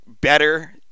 better